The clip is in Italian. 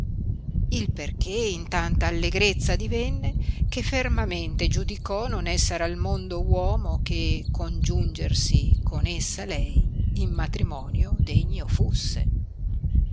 il perchè in tanta allegrezza divenne che fermamente giudicò non esser al mondo uomo che congiungersi con essa lei in matrimonio degno fusse